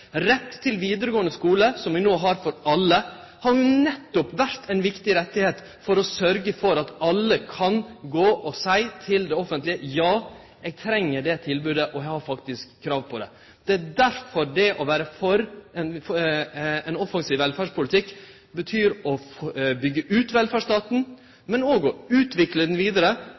Rett til vidaregåande skule, som vi no har for alle, har nettopp vore ein viktig rett slik at alle kan gå til det offentlege og seie: Eg treng dette tilbodet, og eg har faktisk krav på det. Det er derfor det å vere for ein offensiv velferdspolitikk betyr å byggje ut velferdsstaten, men òg å utvikle han vidare,